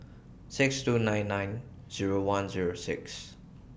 six two nine nine Zero one Zero six